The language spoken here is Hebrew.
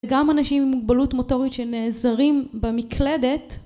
גם אנשים עם מוגבלות מוטוריות שנעזרים במקלדת